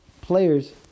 players